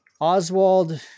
Oswald